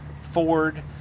Ford